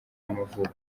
y’amavuko